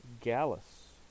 Gallus